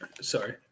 sorry